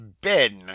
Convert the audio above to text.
Ben